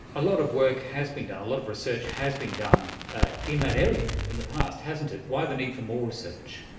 a lot of work has been done, a lot of research has been done in that area in the past, hasn't it. why the need for more research?